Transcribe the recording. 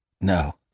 No